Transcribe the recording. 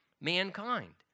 mankind